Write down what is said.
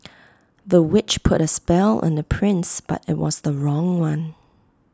the witch put A spell on the prince but IT was the wrong one